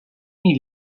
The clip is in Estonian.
nii